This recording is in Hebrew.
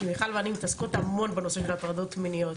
כי מיכל ואני מתעסקות המון בנושא של הטרדות מיניות,